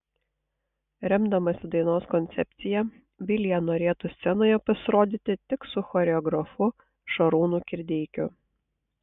remdamasi dainos koncepcija vilija norėtų scenoje pasirodyti tik su choreografu šarūnu kirdeikiu